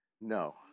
no